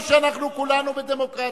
טוב לנו שאנחנו כולנו בדמוקרטיה.